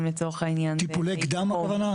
לצורך העניין ---- טיפול קדם הכוונה,